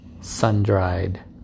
sun-dried